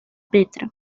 metro